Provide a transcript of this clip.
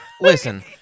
Listen